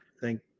thank